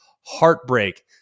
Heartbreak